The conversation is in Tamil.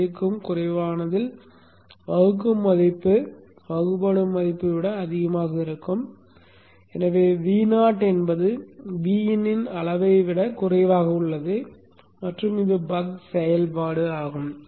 5 க்கும் குறைவானதில் வகுக்கும் மதிப்பு வகுப்படும் மதிப்பை விட அதிகமாக இருக்கும் எனவே Vo என்பது Vin இன் அளவை விட குறைவாக உள்ளது மற்றும் இது பக் செயல்பாடு ஆகும்